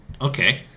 Okay